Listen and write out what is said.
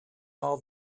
are